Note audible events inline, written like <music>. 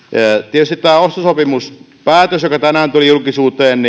tietystihän tämä ostosopimuspäätös joka tänään tuli julkisuuteen <unintelligible>